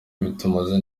butameze